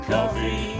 Coffee